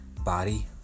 body